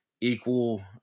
equal